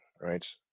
right